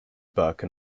burke